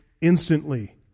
instantly